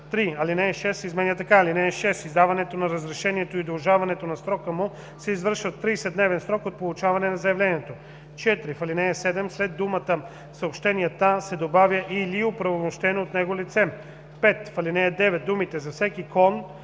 3. Алинея 6 се изменя така: „(6) Издаването на разрешението и удължаване на срока му се извършват в 30-дневен срок от получаването на заявлението.“ 4. В ал. 7 след думата „съобщенията“ се добавя „или оправомощено от него лице“. 5. В ал. 9 думите „за всеки клон”